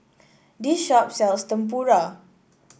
this shop sells Tempura